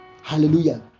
Hallelujah